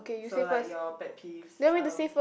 so like your pet peeves uh